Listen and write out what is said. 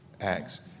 acts